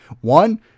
One